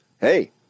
hey